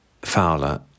fowler